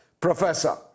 Professor